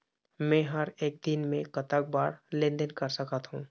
मे हर एक दिन मे कतक बार लेन देन कर सकत हों?